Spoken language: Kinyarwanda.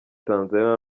tanzania